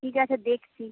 ঠিক আছে দেখছি